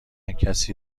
کسی